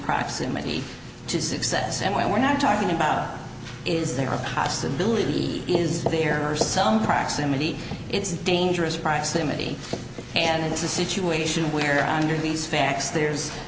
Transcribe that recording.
proximity to success and why we're not talking about is there a possibility he is there are some proximity it's dangerous proximity and it's a situation where under these facts there's